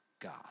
God